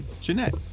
Jeanette